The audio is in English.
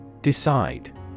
Decide